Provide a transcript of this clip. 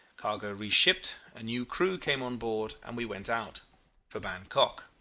cargo re-shipped a new crew came on board, and we went out for bankok.